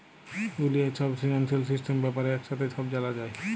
দুলিয়ার ছব financial system ব্যাপারে একসাথে ছব জালা যায়